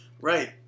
Right